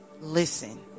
listen